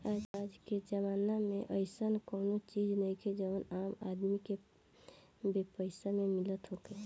आजके जमाना में अइसन कवनो चीज नइखे जवन आम आदमी के बेपैसा में मिलत होखे